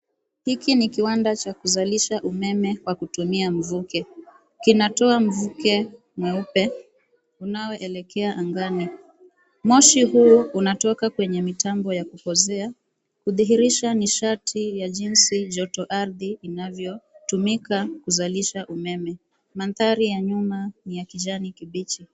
Hiki ni kiwanda cha kuzalisha umeme kwa kutumia mvuke. Kinatoa mvuke mweupe unaoelekea angani. Moshi huu unatoka kwenye mitambo ya kukozea kudhihirisha nishati ya jinsi joto ardhi inavyotumika kuzalisha umeme. Mandhari ya nyuma ni ya kijani kibichi.